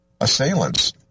assailants